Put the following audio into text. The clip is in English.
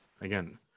again